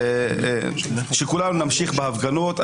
אני מקווה שכולנו נמשיך בהפגנות.